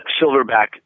Silverback